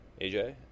AJ